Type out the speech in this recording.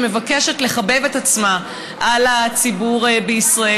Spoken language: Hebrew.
שמבקשת לחבב את עצמה על הציבור בישראל,